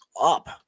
up